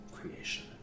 creation